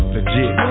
Legit